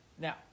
Now